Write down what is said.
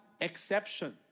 exception